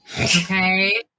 Okay